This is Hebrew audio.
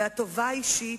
והטובה האישית,